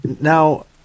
Now